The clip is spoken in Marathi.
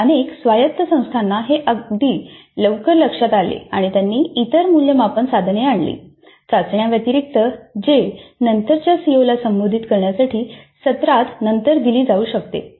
तर अनेक स्वायत्त संस्थांना हे अगदी लवकर लक्षात आले आणि त्यांनी इतर मूल्यमापन साधने आणली चाचण्या व्यतिरिक्त जे नंतरच्या सीओला संबोधित करण्यासाठी सत्रात नंतर दिली जाऊ शकते